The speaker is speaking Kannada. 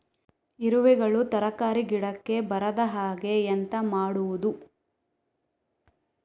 ಇರುವೆಗಳು ತರಕಾರಿ ಗಿಡಕ್ಕೆ ಬರದ ಹಾಗೆ ಎಂತ ಮಾಡುದು?